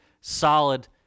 solid